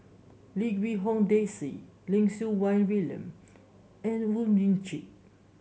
Lim Quee Hong Daisy Lim Siew Wai William and Oon Jin Teik